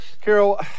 Carol